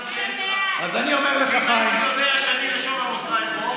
אם הייתי יודע שאני לשון המאזניים פה,